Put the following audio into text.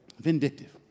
Vindictive